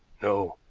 no.